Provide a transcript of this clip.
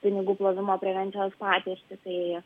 pinigų plovimo prevencijos patirtis tai